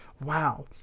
wow